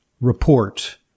report